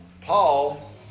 Paul